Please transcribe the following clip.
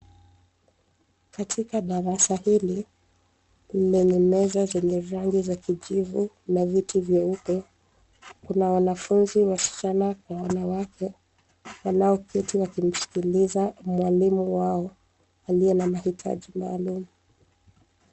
Katika darasa hili, lenye meza zenye rangi za kijivu na viti vyeupe, kuna wanafunzi wasichana kwa wanawake, wanaoketi wakimsikiliza mwalimu wao, aliye na mahitaji maalumu.